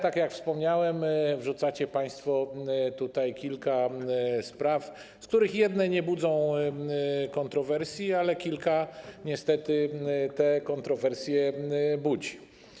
Tak jak wspomniałem, wrzucacie państwo tutaj kilka spraw, z których jedne nie budzą kontrowersji, ale kilka niestety te kontrowersje budzi.